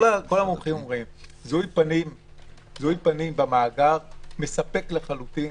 כל המומחים אומרים: זיהוי פנים במאגר מספק לחלוטין.